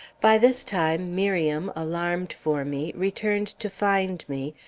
by this time, miriam, alarmed for me, returned to find me,